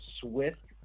Swift